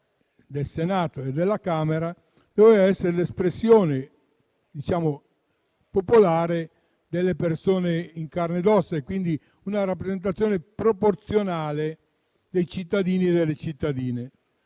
il Senato e la Camera dovessero essere l'espressione popolare delle persone in carne ed ossa, con una rappresentazione proporzionale dei cittadini e delle cittadine.